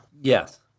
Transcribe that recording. Yes